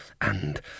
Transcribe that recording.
and